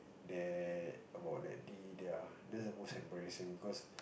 that about that day ya that was most embarrassing because